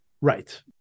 Right